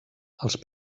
els